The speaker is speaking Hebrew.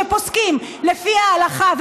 שפוסקים לפי ההלכה,